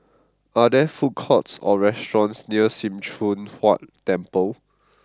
are there food courts or restaurants near Sim Choon Huat Temple